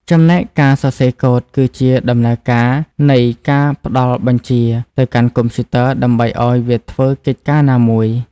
ចំណែកការសរសេរកូដគឺជាដំណើរការនៃការផ្តល់បញ្ជាទៅកាន់កុំព្យូទ័រដើម្បីឱ្យវាធ្វើកិច្ចការណាមួយ។